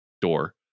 door